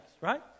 right